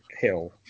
hill